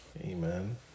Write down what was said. Amen